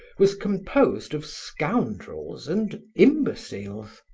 was composed of scoundrels and imbeciles.